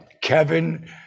Kevin